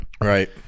Right